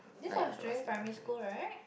this was during primary school right